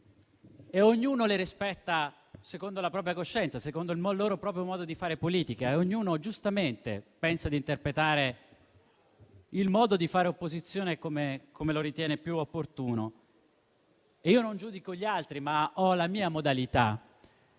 e ognuno li rispetta secondo la propria coscienza e il proprio modo di fare politica. Ognuno giustamente pensa di interpretare il modo di fare opposizione come lo ritiene più opportuno. Io non giudico gli altri, ma ho la mia modalità.